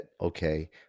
okay